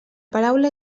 paraula